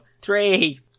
Three